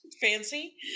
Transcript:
Fancy